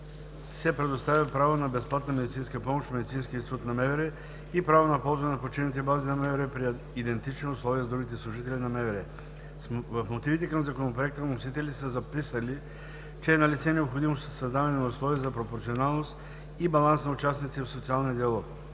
се предостави право на безплатна медицинска помощ в Медицинския институт на МВР и право на ползване на почивните бази на МВР при идентични условия с другите служители на МВР. В мотивите към Законопроекта вносителите са записали, че е налице необходимост от създаване на условия за пропорционалност и баланс на участниците в социалния диалог.